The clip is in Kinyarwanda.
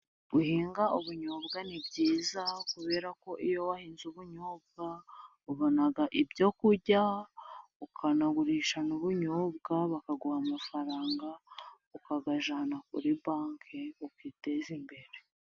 Guhinga ubunyobwa ni byiza kubera ko iyo wahinze ubunyobwa ubona ibyo kurya, ukanagurisha n'ubunyobwa bakaguha amafaranga ukagajyana kuri banki ukiteza imbere.